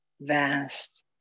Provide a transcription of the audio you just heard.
vast